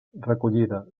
recollida